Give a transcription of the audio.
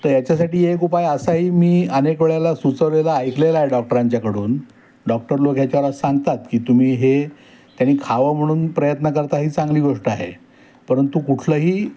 तर याच्यासाठी एक उपाय असाही मी अनेक वेळेला सुचवलेला ऐकलेला आहे डॉक्टरांच्याकडून डॉक्टर लोक ह्याच्यावर असं सांगतात की तुम्ही हे त्यानी खावं म्हणून प्रयत्न करता ही चांगली गोष्ट आहे परंतु कुठलंही